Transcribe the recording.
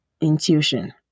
Intuition